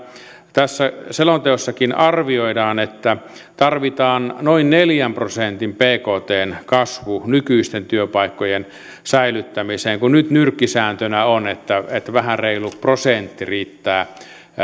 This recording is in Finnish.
tässä selonteossakin arvioidaan että tarvitaan noin neljän prosentin bktn kasvu nykyisten työpaikkojen säilyttämiseen kun nyt nyrkkisääntönä on että vähän reilu prosentti riittää